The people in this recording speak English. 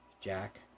Jack